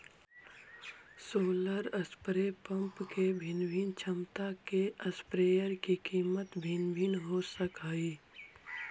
solar spray pump के भिन्न भिन्न क्षमता के स्प्रेयर के कीमत भिन्न भिन्न हो सकऽ हइ